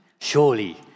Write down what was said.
surely